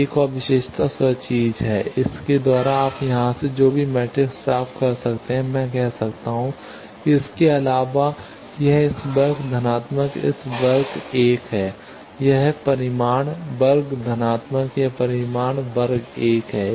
अब एक और विशेषता स्व चीज़ है इसके द्वारा आप यहाँ से जो भी मैट्रिक्स प्राप्त कर सकते हैं मैं कह सकता हूं इसके अलावा यह इस वर्ग धनात्मक इस वर्ग 1है यह परिमाण वर्ग धनात्मक यह परिमाण वर्ग 1 है